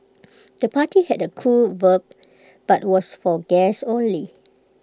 the party had A cool vibe but was for guests only